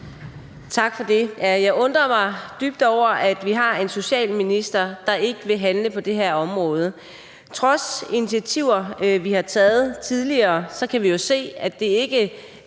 Tak for det. Jeg undrer mig dybt over, at vi har en socialminister, der ikke vil handle på det her område. Trods de initiativer, vi har taget tidligere, kan vi jo se, at det ikke